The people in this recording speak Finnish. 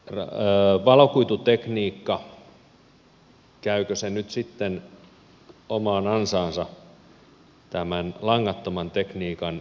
käykö valokuitutekniikka nyt sitten omaan ansaansa tämän langattoman tekniikan yleistyessä